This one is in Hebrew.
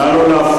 נא לא להפריע.